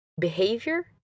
Behavior